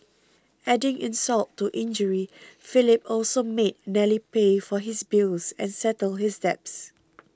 adding insult to injury Philip also made Nellie pay for his bills and settle his debts